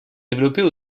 développées